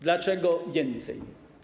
Dlaczego więcej?